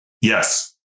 Yes